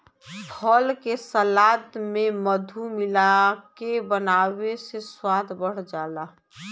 फल के सलाद में मधु मिलाके बनावे से स्वाद बढ़ जाला